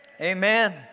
Amen